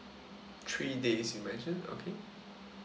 three days you mention okay